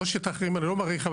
לא שאת האחרים אני לא מעריך,